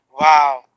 Wow